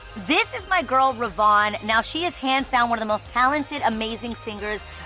this is my girl ravone, now she's hands down one of the most talented, amazing singers,